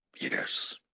Yes